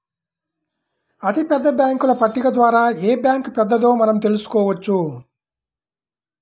అతిపెద్ద బ్యేంకుల పట్టిక ద్వారా ఏ బ్యాంక్ పెద్దదో మనం తెలుసుకోవచ్చు